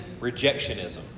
rejectionism